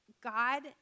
God